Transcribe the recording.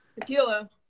Tequila